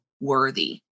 worthy